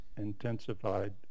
intensified